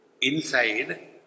inside